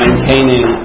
Maintaining